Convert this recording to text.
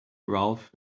ralph